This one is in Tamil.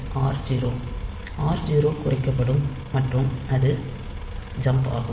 r0 குறைக்கப்படும் மற்றும் அது ஜம்ப் ஆகும்